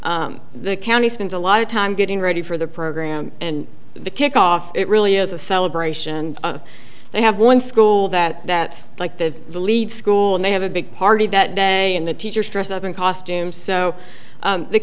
deal the county spends a lot of time getting ready for the program and the kick off it really is a celebration they have one school that that like the the lead school and they have a big party that day and the teachers dress up in costume so